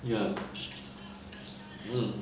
ya hmm